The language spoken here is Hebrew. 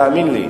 תאמין לי.